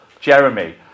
Jeremy